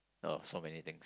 uh so many things